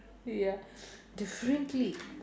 ya differently